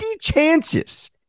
chances